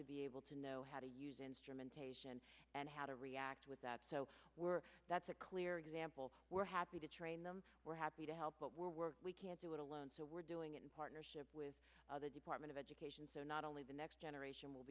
to be able to know how to use instrumentation and how to react with that so we're that's a clear example we're happy to train them we're happy to help but we're we're we can't do it alone so we're doing it in partnership with the department of education so not only the next generation will